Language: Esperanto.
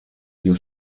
tiu